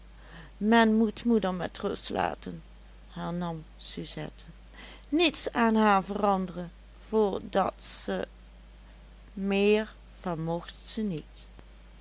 men moet moeder met rust laten hernam suzette niets aan haar veranderen voor dat ze meer vermocht ze niet